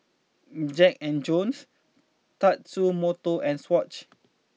Jack and Jones Tatsumoto and Swatch